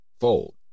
fold